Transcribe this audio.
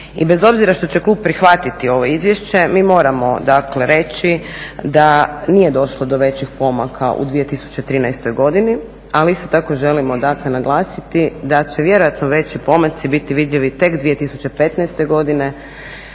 I bez obzira što će klub prihvatiti ovo izvješće mi moramo dakle reći da nije došlo do većih pomaka u 2013. godini ali isto tako želimo dakle naglasiti da će vjerojatno veći pomaci biti vidljivi tek 2015. godine